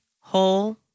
whole